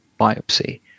biopsy